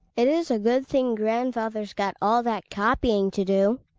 it is a good thing grandfather's got all that copying to do!